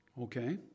okay